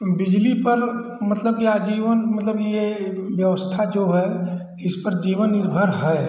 बिजली पर मतलब आजीवन मतलब ये व्यवस्था जो है इस पर जीवन निर्भर है